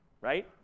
right